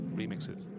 remixes